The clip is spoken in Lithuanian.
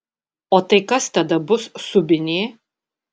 o tai kas tada bus subinė